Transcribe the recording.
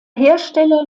hersteller